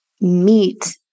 meet